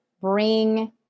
bring